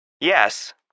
Yes